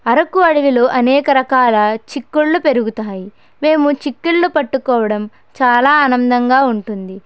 అరకు అడవిలో అనేక రకాల చిక్కుళ్ళు పెరుగుతాయి మేము చిక్కిళ్ళు పట్టుకోవడం చాలా ఆనందంగా ఉంటుంది